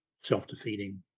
self-defeating